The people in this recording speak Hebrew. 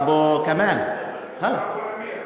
אבו כמאל, חלאס.